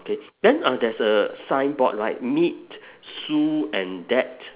okay then uh there's a signboard right meet sue and dad